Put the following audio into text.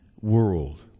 world